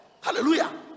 Hallelujah